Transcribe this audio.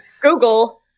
Google